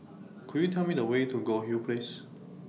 Could YOU Tell Me The Way to Goldhill Place